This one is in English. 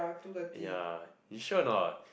ya you sure or not